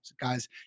guys